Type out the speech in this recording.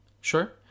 sure